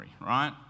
right